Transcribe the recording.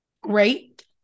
Great